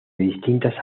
distintas